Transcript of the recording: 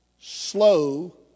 slow